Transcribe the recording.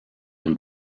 than